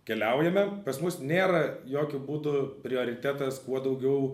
keliaujame pas mus nėra jokiu būdu prioritetas kuo daugiau